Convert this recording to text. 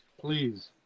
please